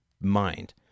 mind